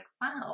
wow